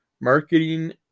marketing